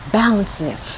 balancing